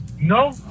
No